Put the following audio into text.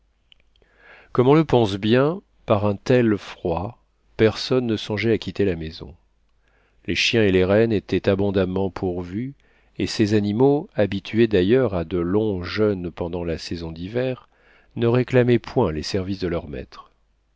comme on le pense bien par un tel froid personne ne songeait à quitter la maison les chiens et les rennes étaient abondamment pourvus et ces animaux habitués d'ailleurs à de longs jeûnes pendant la saison d'hiver ne réclamaient point les services de leurs maîtres